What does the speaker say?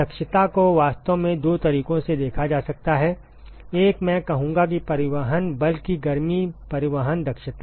दक्षता को वास्तव में दो तरीकों से देखा जा सकता है एक मैं कहूंगा कि परिवहन बल्कि गर्मी परिवहन दक्षता